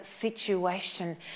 situation